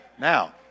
Now